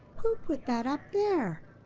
who put that up there?